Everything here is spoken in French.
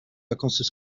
vacances